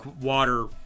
water